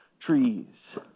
trees